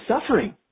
suffering